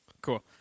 cool